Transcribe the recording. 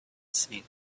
seen